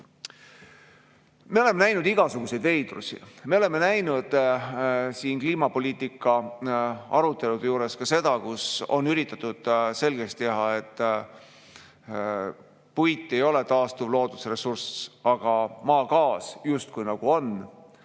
Me oleme näinud igasuguseid veidrusi. Me oleme näinud siin kliimapoliitika arutelude juures ka seda, kuidas on üritatud selgeks teha, et puit ei ole taastuv loodusressurss, aga maagaas justkui nagu on.